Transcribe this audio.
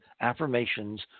affirmations